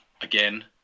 again